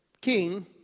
king